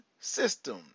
system